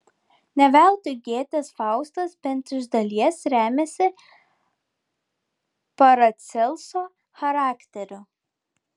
ne veltui gėtės faustas bent iš dalies remiasi paracelso charakteriu